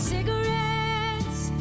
Cigarettes